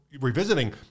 revisiting